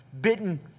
bitten